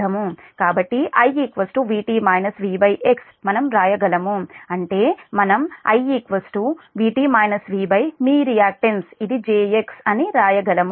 కాబట్టి I Vt Vx మనం వ్రాయగలము అంటేమనం I Vt V మీ రియాక్టన్స్ ఇది jx అని వ్రాయగలము ఓకే